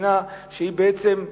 ספינה שהיא בעצם,